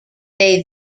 they